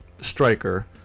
striker